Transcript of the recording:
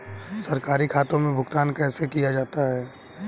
सरकारी खातों में भुगतान कैसे किया जाता है?